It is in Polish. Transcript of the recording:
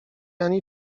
ani